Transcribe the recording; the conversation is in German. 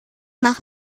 nach